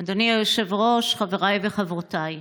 אדוני היושב-ראש, חבריי וחברותיי,